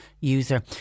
user